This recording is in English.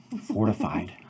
Fortified